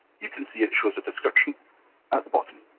you can see it shows a description at the bottom.